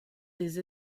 des